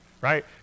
right